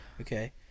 Okay